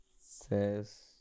says